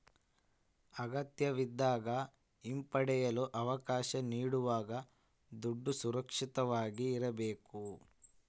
ಅಗತ್ಯವಿದ್ದಾಗ ಹಿಂಪಡೆಯಲು ಅವಕಾಶ ನೀಡುವಾಗ ದುಡ್ಡು ಸುರಕ್ಷಿತವಾಗಿ ಇರ್ಬೇಕು